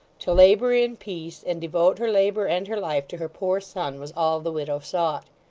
to labour in peace, and devote her labour and her life to her poor son, was all the widow sought.